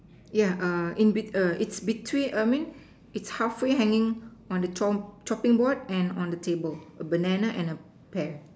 ya in bet it's between I mean it's half way hanging on the top on the chopping board and the table a banana and a pear